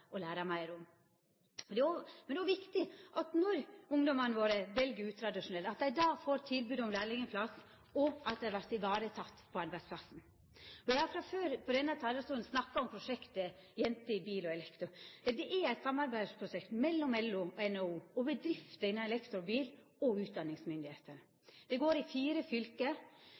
å læra meir om. Det er viktig når ungdommane våre vel utradisjonelt, at dei da får tilbod om lærlingplass, og at dei vert varetekne på arbeidsplassen. Eg har frå før på denne talarstolen snakka om prosjektet Jenter i Bil & Elektro. Det er eit samarbeidsprosjekt mellom LO, NHO, bedrifter innan elektro og bil og utdanningsmyndigheiter. Prosjektet går i fire fylke.